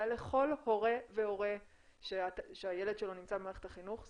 לכל הורה והורה שהילד שלו נמצא במערכת החינוך,